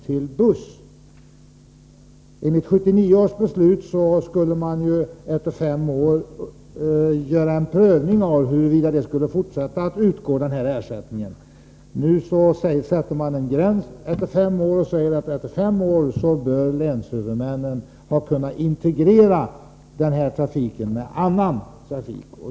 Enligt 1979 års beslut skulle man ju efter fem år pröva huruvida den här ersättningen skulle fortsätta att utgå. Nu sätter man en gräns och säger att efter fem år bör länshuvudmännen ha kunnat integrera denna trafik med annan trafik.